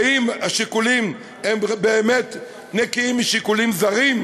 האם הם באמת נקיים משיקולים זרים?